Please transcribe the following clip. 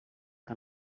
que